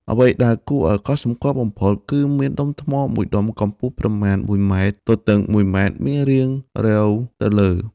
អ្វីដែលគួរឲ្យកត់សម្គាល់បំផុត គឺមានដុំថ្មមួយដុំកម្ពស់ប្រមាណ ១ ម៉ែត្រ ទទឹង ១ ម៉ែត្រ មានរាងរៀវទៅលើ។